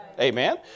Amen